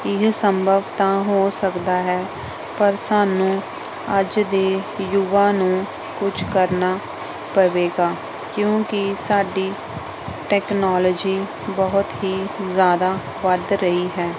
ਇਹ ਸੰਭਵ ਤਾਂ ਹੋ ਸਕਦਾ ਹੈ ਪਰ ਸਾਨੂੰ ਅੱਜ ਦੇ ਯੁਵਾ ਨੂੰ ਕੁਛ ਕਰਨਾ ਪਵੇਗਾ ਕਿਉਂਕਿ ਸਾਡੀ ਟੈਕਨੋਲਜੀ ਬਹੁਤ ਹੀ ਜ਼ਿਆਦਾ ਵੱਧ ਰਹੀ ਹੈ